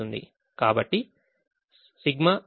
కాబట్టి Σi Xij 1